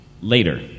later